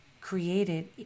created